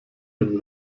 dem